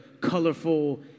colorful